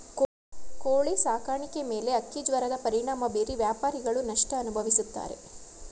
ಕೋಳಿ ಸಾಕಾಣಿಕೆ ಮೇಲೆ ಹಕ್ಕಿಜ್ವರದ ಪರಿಣಾಮ ಬೀರಿ ವ್ಯಾಪಾರಿಗಳು ನಷ್ಟ ಅನುಭವಿಸುತ್ತಾರೆ